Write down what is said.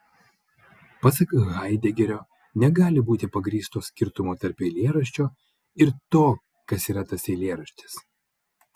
pasak haidegerio negali būti pagrįsto skirtumo tarp eilėraščio ir to kas yra tas eilėraštis